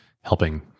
helping